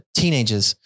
teenagers